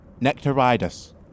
Nectaridus